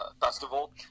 festival